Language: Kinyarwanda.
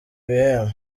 ibihembo